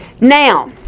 Now